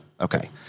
Okay